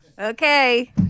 Okay